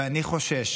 ואני חושש